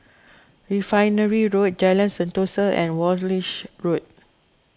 Refinery Road Jalan Sentosa and Walshe Road